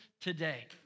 today